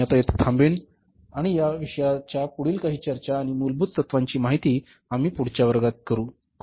मी आता येथे थांबेन आणि या विषयाच्या पुढील काही चर्चा आणि मूलभूत तत्वांची माहिती आम्ही पुढच्या वर्गात चर्चा करू